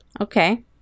Okay